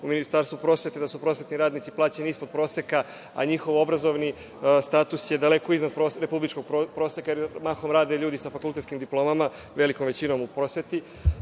u Ministarstvu prosvete, da su prosvetni radnici plaćeni ispod proseka, a njihov obrazovni status je daleko iznad republičkog proseka, jer mahom rade ljudi sa fakultetskim diplomama, velikom većinom u prosveti. Mi